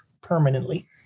permanently